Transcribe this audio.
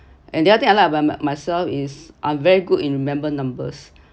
and the other thing I like about my~ myself is I’m very good in remember numbers